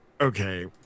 okay